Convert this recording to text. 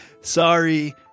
Sorry